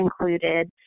included